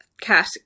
cat